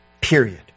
Period